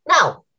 Now